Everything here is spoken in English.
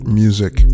music